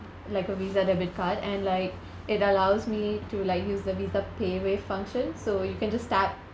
like a visa debit card and like it allows me to like use the visa paywave function so you can just tap